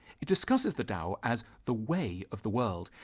it discusses the dao as the way of the world,